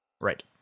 Right